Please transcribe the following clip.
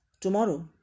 tomorrow